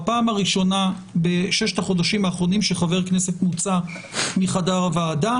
זו הפעם הראשונה בששת החודשים האחרונים שחבר כנסת מוצא מחדר הוועדה.